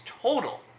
total